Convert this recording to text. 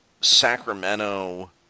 Sacramento